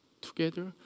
Together